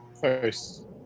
first